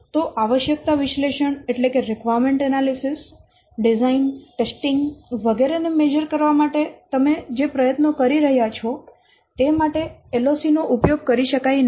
તો આવશ્યકતા વિશ્લેષણ ડિઝાઇન ટેસ્ટીંગ વગેરે ને મેઝર કરવા માટે તમે જે પ્રયત્નો કરી રહ્યાં છો તે માટે LOC નો ઉપયોગ કરી શકાય નહીં